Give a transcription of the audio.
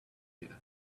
here